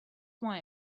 why